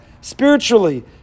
spiritually